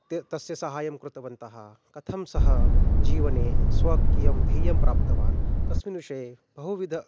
तस्य तस्य सहायं कृतवन्तः कथं सः जीवने स्वकीयं ध्येयं प्राप्तवान् तस्मिन् विषये बहुविधानि